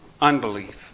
unbelief